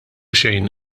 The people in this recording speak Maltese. xejn